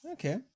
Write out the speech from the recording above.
Okay